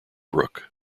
brook